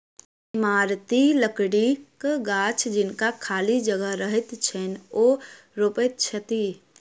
इमारती लकड़ीक गाछ जिनका खाली जगह रहैत छैन, ओ रोपैत छथि